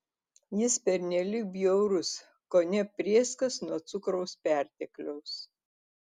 jis pernelyg bjaurus kone prėskas nuo cukraus pertekliaus